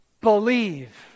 believe